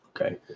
Okay